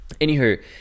Anywho